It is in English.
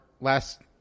last